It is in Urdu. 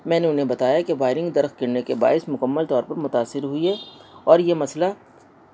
میں نے انہیں بتایا کہ وائرنگ درخت گرنے کے باعث مکمل طور پر متاثر ہوئی ہے اور یہ مسئلہ